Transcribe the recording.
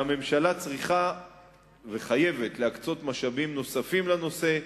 שהממשלה צריכה וחייבת להקצות משאבים נוספים לנושא,